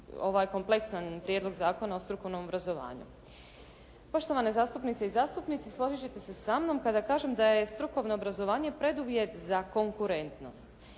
kompleksan Prijedlog zakona o strukovnom obrazovanju. Poštovane zastupnice i zastupnici. Složit ćete se sa mnom kada kažem da je strukovno obrazovanje preduvjet za konkurentnost.